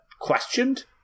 questioned